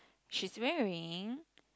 she's wearing